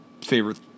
favorite